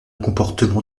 comportement